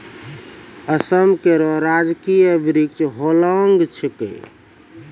असम केरो राजकीय वृक्ष होलांग छिकै